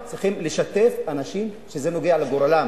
צריך לשתף אנשים שזה נוגע בגורלם,